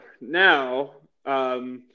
now